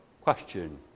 question